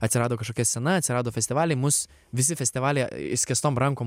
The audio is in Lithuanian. atsirado kažkokia scena atsirado festivaliai mus visi festivalyje išskėstom rankom